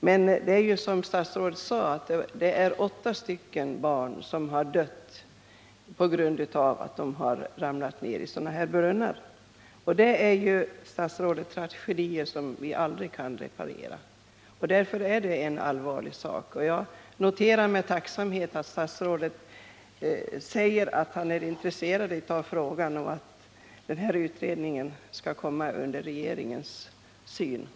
Men såsom statsrådet sade har åtta barn förolyckats genom att ramla ner i brunnar. Det är, herr statsråd, tragedier, som vi aldrig kan reparera. Därför är detta allvarliga saker. Jag noterar med tacksamhet att statsrådet förklarar att han är intresserad av denna fråga och att barnolycksfallsutredningen skall komma under regeringens syn.